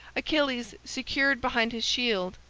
achilles, secured behind his shield,